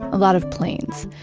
a lot of planes.